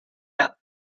out